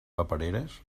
papereres